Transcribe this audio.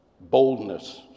boldness